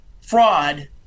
fraud